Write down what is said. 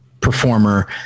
performer